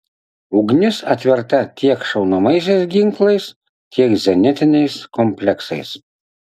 ugnis atverta tiek šaunamaisiais ginklais tiek zenitiniais kompleksais